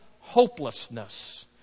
hopelessness